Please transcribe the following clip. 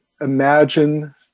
imagine